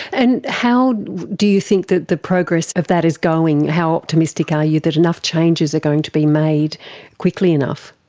and how do you think that the progress of that is going? how optimistic are you that enough changes are going to be made quickly enough?